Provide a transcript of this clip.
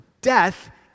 death